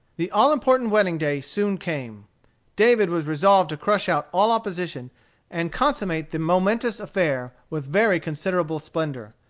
the all-important wedding-day soon came david was resolved to crush out all opposition and consummate the momentous affair with very considerable splendor.